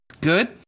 good